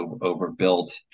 overbuilt